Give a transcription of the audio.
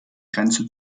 grenze